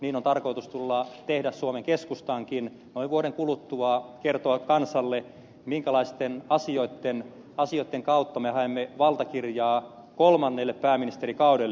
niin on tarkoitus tehdä suomen keskustankin noin vuoden kuluttua kertoa kansalle minkälaisten asioitten kautta me haemme valtakirjaa kolmannelle pääministerikaudelle